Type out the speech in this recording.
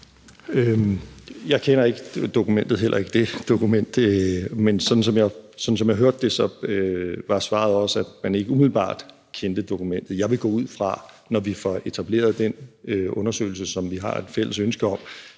Jeg kender heller ikke det dokument, men sådan som jeg hørte det, var svaret også, at man ikke umiddelbart kendte dokumentet. Jeg vil gå ud fra, når vi får etableret den undersøgelse, som vi har et fælles ønske om,